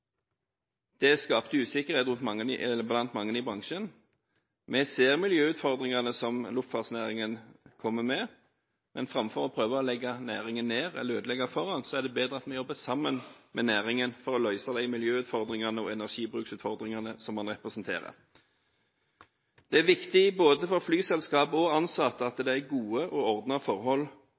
Det skapte usikkerhet blant mange i bransjen. Vi ser miljøutfordringene som kommer med luftfartsnæringen, men framfor å prøve å legge ned næringen eller ødelegge for den, er det bedre at vi jobber sammen med næringen for å løse de miljøutfordringene og energibruksutfordringene som den representerer. Det er viktig både for flyselskap og for ansatte at det er gode og ordnede forhold